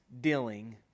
dealing